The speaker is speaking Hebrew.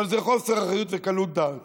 אבל זה חוסר אחריות וקלות דעת